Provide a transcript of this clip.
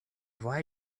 why